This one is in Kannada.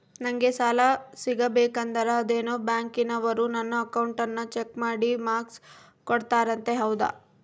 ನಂಗೆ ಸಾಲ ಸಿಗಬೇಕಂದರ ಅದೇನೋ ಬ್ಯಾಂಕನವರು ನನ್ನ ಅಕೌಂಟನ್ನ ಚೆಕ್ ಮಾಡಿ ಮಾರ್ಕ್ಸ್ ಕೋಡ್ತಾರಂತೆ ಹೌದಾ?